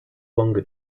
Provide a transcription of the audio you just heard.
longer